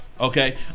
Okay